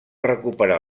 recuperar